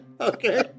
Okay